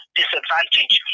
disadvantage